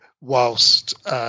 whilst